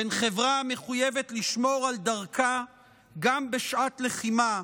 בין חברה המחויבת לשמור על דרכה גם בשעת לחימה,